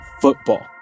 football